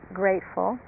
grateful